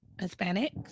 Hispanic